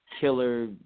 killer